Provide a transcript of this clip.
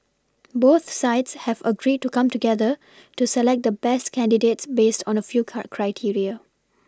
both sides have agreed to come together to select the best candidates based on a few cur criteria